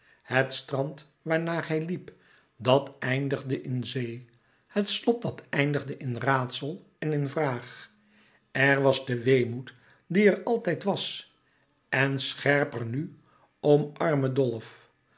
het strand waarnaar hij liep dat eindigde in zee het slot dat eindigde in raadsel en in vraag er was de weemoed die er altijd was en scherper nu om